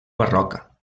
barroca